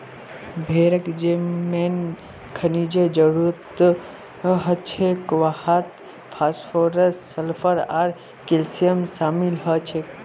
भेड़क जे मेन खनिजेर जरूरत हछेक वहात फास्फोरस सल्फर आर कैल्शियम शामिल छेक